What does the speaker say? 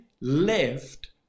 left